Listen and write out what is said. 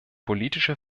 politische